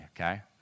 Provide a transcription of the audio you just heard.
okay